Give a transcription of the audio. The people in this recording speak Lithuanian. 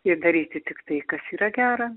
ir daryti tik tai kas yra gera